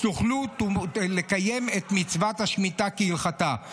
שתוכלו לקיים את מצוות השמיטה כהלכתה.